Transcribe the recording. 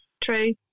True